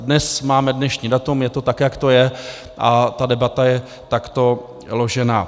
Dnes máme dnešní datum, je to tak, jak to je, a ta debata je takto ložená.